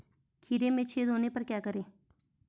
खीरे में छेद होने पर क्या करें?